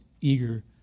eager